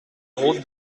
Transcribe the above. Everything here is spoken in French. route